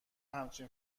همچین